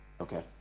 Okay